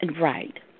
Right